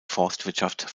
forstwirtschaft